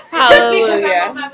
hallelujah